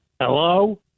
Hello